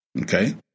Okay